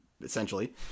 essentially